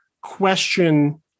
question